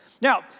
Now